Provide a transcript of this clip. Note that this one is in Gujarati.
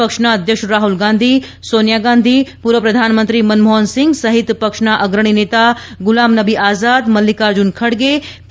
પક્ષના અધ્યક્ષ રાહુલ ગાંધી સોનિયા ગાંધી પૂર્વ પ્રધાનમંત્રી મનમોહનસિંઘ સહિત પક્ષના અગ્રણી નેતા ગુલામનબી આઝાદ મલ્લિકાર્જુન ખડગે પી